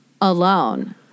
alone